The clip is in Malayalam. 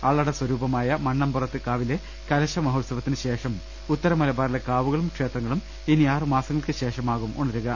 അള്ളട സ്വരൂപമായ മണ്ണമ്പുറത്ത് കാവിലെ കലശ മഹോത്സവത്തിന് ശേഷം ഉത്തര മലബാറിലെ കാവുകളും ക്ഷേത്രങ്ങളും ഇനി ആറുമാസങ്ങൾക്ക് ശേഷമാകും ഉണരുക